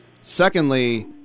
Secondly